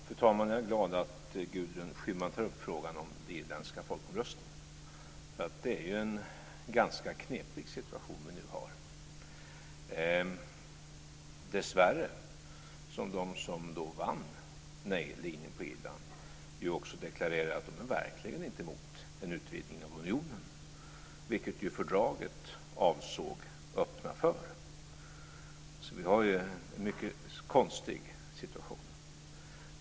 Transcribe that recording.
Fru talman! Jag är glad att Gudrun Schyman tar upp frågan om den irländska folkomröstningen. Det är en ganska knepig situation som vi nu har, dessvärre som de som vann i Irland, nej-linjen, också deklarerat att de verkligen inte är emot en utvidgning av unionen, vilket ju fördraget avsåg öppna för. Så vi har en mycket konstig situation.